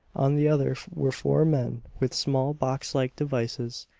on the other were four men with small boxlike devices,